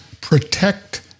protect